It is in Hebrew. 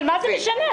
מה זה משנה?